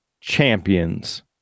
champions